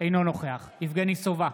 אינו נוכח יבגני סובה,